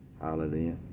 Hallelujah